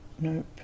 nope